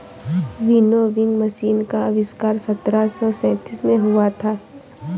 winnowing machine का आविष्कार सत्रह सौ सैंतीस में हुआ था